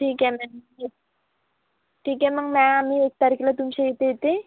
ठीक आहे मॅम ठीक आहे मग मॅम आम्ही एक तारखेला तुमच्या इथे येते